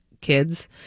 kids